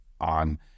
on